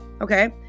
okay